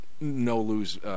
no-lose